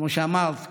כמו שאמרת קודם,